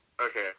Okay